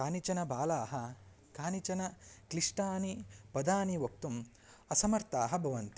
कानिचन बालाः कानिचन क्लिष्टानि पदानि वक्तुम् असमर्थाः भवन्ति